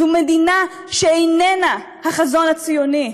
זו מדינה שאיננה החזון הציוני,